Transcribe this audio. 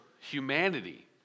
humanity